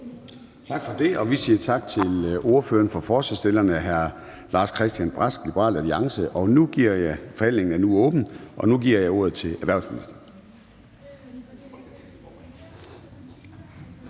Tak for det. Vi siger tak til ordføreren for forslagsstillerne, hr. Lars-Christian Brask, Liberal Alliance. Forhandlingen er åbnet, og jeg giver nu ordet til erhvervsministeren.